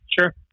Sure